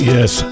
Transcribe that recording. Yes